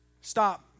stop